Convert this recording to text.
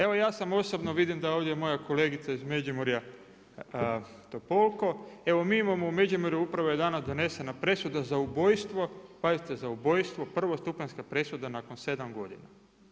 Evo ja sam osobno, vidim da je ovdje i moja kolegica iz Međumorja Topolko, evo mi imamo u Međimurju, upravo je danas donesena presuda za ubojstvo, pazite za ubojstvo, prvostupanjska presuda nakon 7 godina.